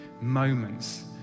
moments